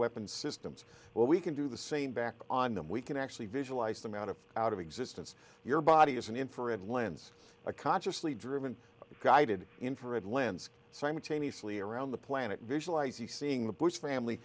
weapon systems where we can do the same back on them we can actually visualize them out of out of existence your body is an infrared lens a consciously driven guided infrared lens simultaneously around the planet visualize you seeing the bush family